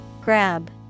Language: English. Grab